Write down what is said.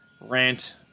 rant